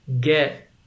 get